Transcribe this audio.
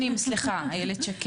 בעניין.